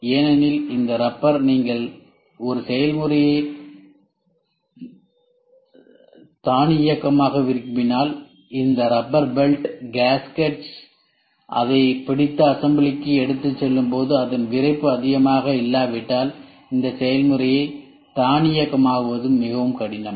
ஏனெனில் இந்த ரப்பர் நீங்கள் ஒரு செயல்முறையை தானியக்கமாக்க விரும்பினால் இந்த ரப்பர் பெல்ட் கேஸ்கட்கள் அதைப் பிடித்து அசம்பிளிக்கு எடுத்துச் செல்லும்போது அதன் விறைப்பு அதிகமாக இல்லாவிட்டால் இந்த செயல்முறையை தானியக்கமாக்குவது மிகவும் கடினம்